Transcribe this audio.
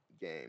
game